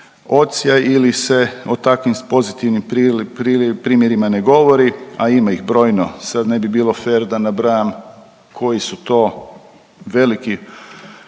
odsjaj ili se o takvim pozitivnim primjerima ne govori, a ima ih brojno. Sad ne bi bilo fer da nabrajam koji su to veliki